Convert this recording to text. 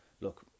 look